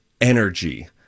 Energy